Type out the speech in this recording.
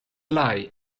lie